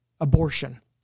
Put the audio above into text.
abortion